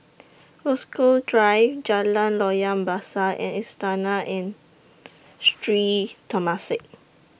Rasok Drive Jalan Loyang Besar and Istana and Sri Temasek